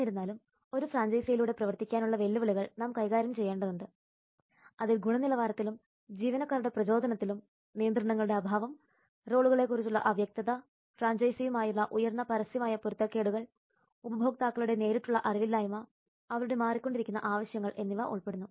എന്നിരുന്നാലും ഒരു ഫ്രാഞ്ചൈസിയിലൂടെ പ്രവർത്തിക്കാനുള്ള വെല്ലുവിളികൾ നാം കൈകാര്യം ചെയ്യേണ്ടതുണ്ട് അതിൽ ഗുണനിലവാരത്തിലും ജീവനക്കാരുടെ പ്രചോദനത്തിലും നിയന്ത്രണങ്ങളുടെ അഭാവം റോളുകളെക്കുറിച്ചുള്ള അവ്യക്തത ഫ്രാഞ്ചൈസിയുമായുള്ള ഉയർന്ന പരസ്യമായ പൊരുത്തക്കേടുകൾ ഉപഭോക്താക്കളുടെ നേരിട്ടുള്ള അറിവില്ലായ്മ അവരുടെ മാറിക്കൊണ്ടിരിക്കുന്ന ആവശ്യകതകൾ എന്നിവ ഉൾപ്പെടുന്നു